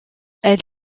elle